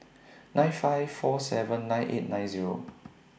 nine five four seven nine eight nine Zero